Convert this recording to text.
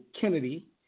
Kennedy